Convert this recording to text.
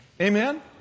Amen